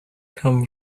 come